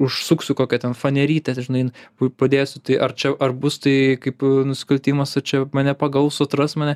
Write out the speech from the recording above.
užsuksiu kokią ten fanerytę ten žinai padėsiu tai ar čia ar bus tai kaip nusikaltimasar čia mane pagaus atras mane